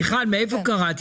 מיכל, מאיפה קראתי?